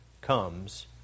comes